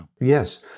Yes